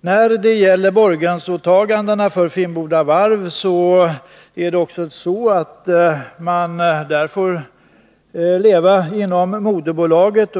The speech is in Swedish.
när det gäller borgensåtagandena för Finnboda Varf får man leva inom moderbolaget.